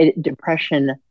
depression